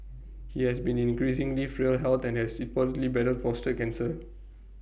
he has been in increasingly frail health and has reportedly battled prostate cancer